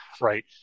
right